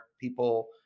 people